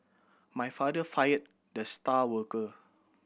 my father fired the star worker